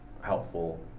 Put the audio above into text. helpful